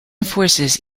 forces